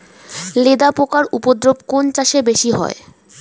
লেদা পোকার উপদ্রব কোন চাষে বেশি হয়?